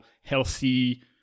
healthy